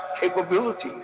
capabilities